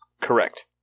Correct